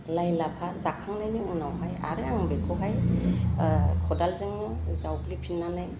लाइ लाफा जाखांनायनि उनावहाय आरो आं बेखौहाय खदालजोंनो जावग्लिफिननानै